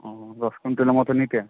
ও দশ কুইন্টালের মতো নিতেন